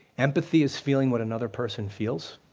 empathy is feeling what another person feels.